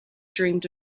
dreamed